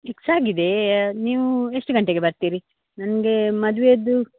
fix ಆಗಿದೇ ನೀವು ಎಷ್ಟು ಗಂಟೆಗೆ ಬರ್ತೀರಿ ನನಗೆ ಮದುವೆದು